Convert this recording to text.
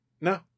No